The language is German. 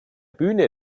bühne